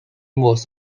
was